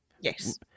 Yes